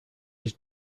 his